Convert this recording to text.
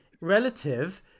relative